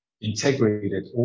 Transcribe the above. integrated